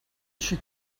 she